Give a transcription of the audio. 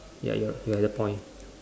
ya y~ your point